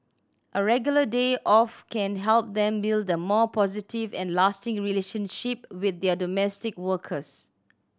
a regular day off can help them build a more positive and lasting relationship with their domestic workers